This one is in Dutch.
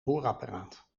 hoorapparaat